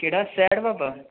केह्ड़ा सियाड़ बाबा